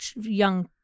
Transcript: young